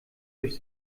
durch